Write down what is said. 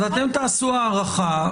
אתם תעשו הערכה,